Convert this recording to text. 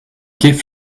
gift